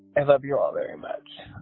i love you all very much.